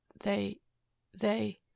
They—they—